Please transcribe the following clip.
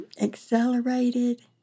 accelerated